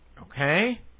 Okay